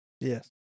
Yes